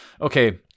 Okay